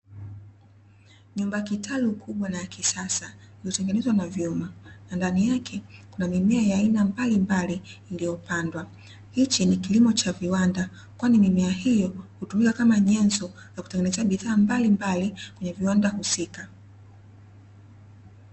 Nyumba ya kitalu kubwa na kisasa iliyotengenezwa na vyuma, na ndani yake kuna mimea ya aina mbalimbali iliyopandwa, hichi ni kilimo cha viwanda, kwani mimea hiyo hutumika kama nyenzo ya kutengenezea bidhaa mbalimbali kwenye viwanda husika.